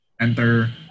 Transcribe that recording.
enter